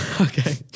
Okay